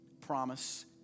promise